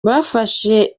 bafashe